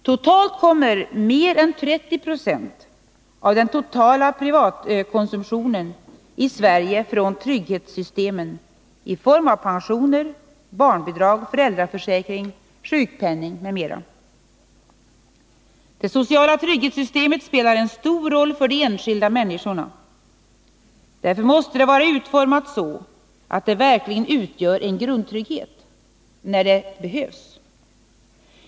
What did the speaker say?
Totalt kommer mer än 30 96 av den totala privatkonsumtionen i Sverige från trygghetssystemen i form av pensioner, barnbidrag, föräldraförsäkringen, sjukpenning m.m. Det sociala trygghetssystemet spelar stor roll för de enskilda människorna. Därför måste det vara utformat så att det verkligen utgör en grundtrygghet, när det behövs.